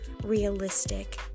realistic